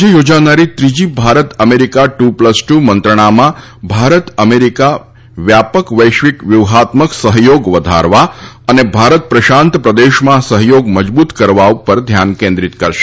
આજે યોજાનારી ત્રીજી Bharat America two plus two મંત્રણામાં ભારત અમેરિકા વ્યાપક વૈશ્વિક વ્યૂહાત્મક સહયોગ વધારવા અને ભારત પ્રશાંત પ્રદેશમાં સહયોગ મજબૂત કરવા પર ધ્યાન કેન્દ્રિત કરશે